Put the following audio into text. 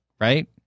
right